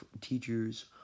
teachers